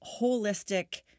holistic